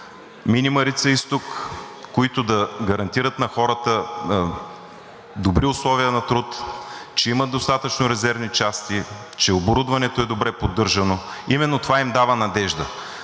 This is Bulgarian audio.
мини „Марица изток“, които да гарантират на хората добри условия на труд, че имат достатъчно резервни части, че оборудването е добре поддържано. Именно това им дава надежда.